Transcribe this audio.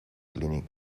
clinic